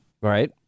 Right